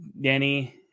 Danny